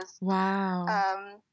Wow